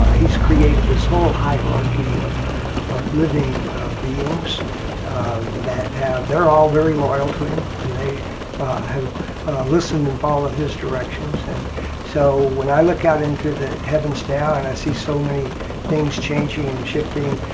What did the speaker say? he's created this whole hierarchy of of living beings that have, they're all very loyal to him and they listen and follow his directions. and so when i look out into the heavens now and i see so many things changing and shifting,